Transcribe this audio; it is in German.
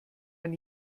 man